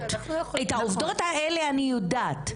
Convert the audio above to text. את העובדות האלה אני יודעת.